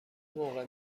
موقع